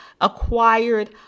acquired